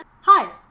hi